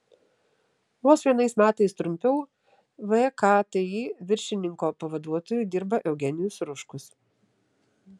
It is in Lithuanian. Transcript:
vos vienais metais trumpiau vkti viršininko pavaduotoju dirba eugenijus ruškus